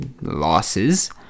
losses